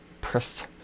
Press